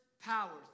powers